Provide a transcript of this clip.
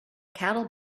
cattle